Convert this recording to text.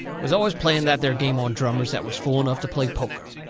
was always playing that there game on drummers that was fool enough to play poker.